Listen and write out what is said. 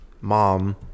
Mom